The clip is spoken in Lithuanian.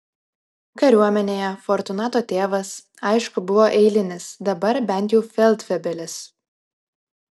kariuomenėje fortunato tėvas aišku buvo eilinis dabar bent jau feldfebelis